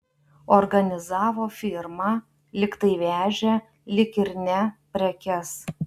organizavo firmą lyg tai vežė lyg ir ne prekes